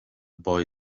boy